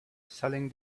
selling